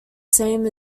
same